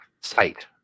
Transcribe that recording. Site